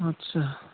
आच्चा